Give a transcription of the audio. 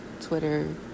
Twitter